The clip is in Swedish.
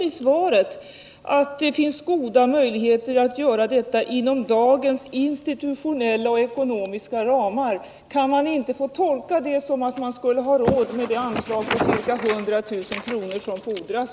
Det sägs i svaret att det finns goda möjligheter att göra det inom dagens institutionella och ekonomiska ramar. Kan det då inte tolkas som att man skulle ha råd med det anslag på ca 100 000 kr. som fordras?